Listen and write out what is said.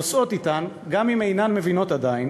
נושאות אתן, גם אם אינן מבינות עדיין,